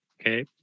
Okay